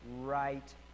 right